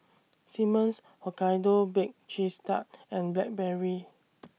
Simmons Hokkaido Baked Cheese Tart and Blackberry